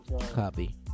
Copy